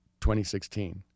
2016